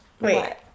Wait